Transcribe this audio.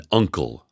uncle